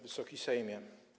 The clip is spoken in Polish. Wysoki Sejmie!